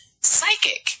psychic